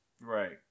Right